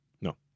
No